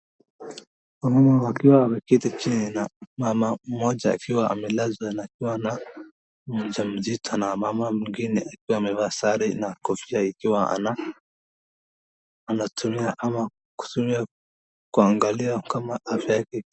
Wamama wakiwa wameketi chini, na mama mmoja akiwa amelazwa na akiwa na mjaa mzito na mama mwingine akiwa amevaa sari na kofia akiwa anatumia ama kutumia kuangalia kama afya yake.